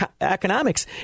economics